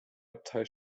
abtei